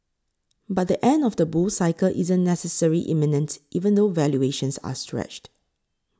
but the end of the bull cycle isn't necessarily imminent even though valuations are stretched